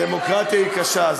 הדמוקרטיה היא קשה.